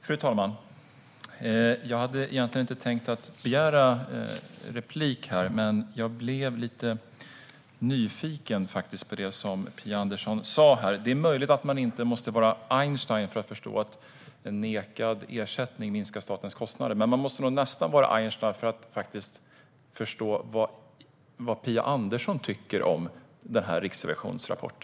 Fru talman! Jag hade egentligen inte tänkt begära replik här, men jag blev lite nyfiken på det som Phia Andersson sa. Hon sa att man inte måste vara Einstein för att förstå att nekad ersättning minskar statens kostnader. Men man måste nog nästan vara Einstein för att förstå vad Phia Andersson tycker om Riksrevisionens rapport.